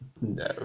No